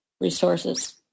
resources